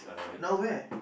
now where